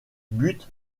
buts